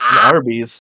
Arby's